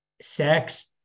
sex